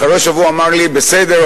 אחרי שבוע הוא אמר לי: בסדר,